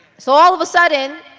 so all of a sudden,